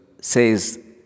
says